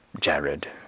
Jared